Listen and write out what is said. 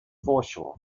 foreshore